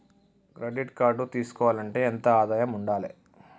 Credit card తీసుకోవాలంటే ఎంత ఆదాయం ఉండాలే?